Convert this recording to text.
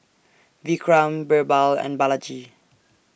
Vikram Birbal and Balaji